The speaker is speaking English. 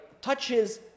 touches